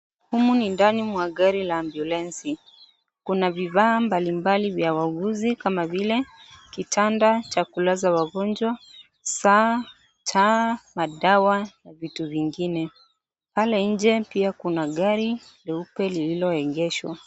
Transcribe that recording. Humu ni ndani mwa gari la ambulansi, kuna vifaa mbali mbali vya wauguzi kama vile kitanda cha kulaza wagonjwa, saa, taa, madawa na vitu vingine, pale nje pia kuna gari leupe lililo egeshwa.